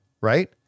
right